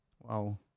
wow